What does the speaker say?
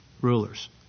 rulers